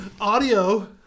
audio